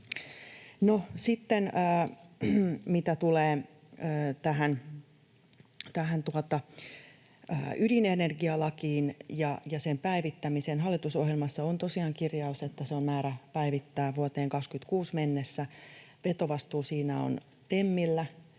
sitten mitä tulee tähän ydinenergialakiin ja sen päivittämiseen, hallitusohjelmassa on tosiaan kirjaus, että se on määrä päivittää vuoteen 26 mennessä. Vetovastuu siinä on TEMillä,